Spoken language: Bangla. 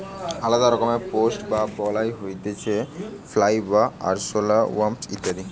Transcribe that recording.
আলদা রকমের পেস্ট বা বালাই হতিছে ফ্লাই, আরশোলা, ওয়াস্প ইত্যাদি